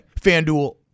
FanDuel